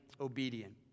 obedient